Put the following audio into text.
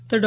तर डॉ